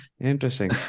Interesting